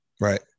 Right